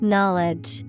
Knowledge